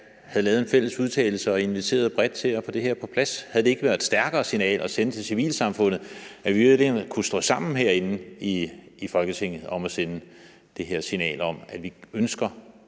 havde lavet en fælles udtalelse og inviteret bredt til at få det her på plads? Havde det ikke været et stærkere signal at sende til civilsamfundet, altså at vi kunne stå sammen herinde i Folketinget om at sende det her signal om, at vi ønsker